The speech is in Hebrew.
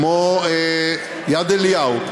כמו יד-אליהו,